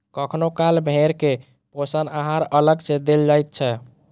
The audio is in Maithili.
कखनो काल भेंड़ के पोषण आहार अलग सॅ देल जाइत छै